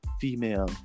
female